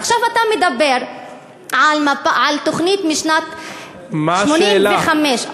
ועכשיו אתה מדבר על תוכנית משנת 1985. מה השאלה?